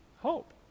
hope